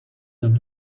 than